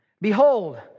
Behold